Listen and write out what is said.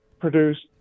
produced